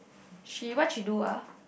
she what she do ah